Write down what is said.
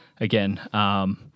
again –